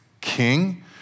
king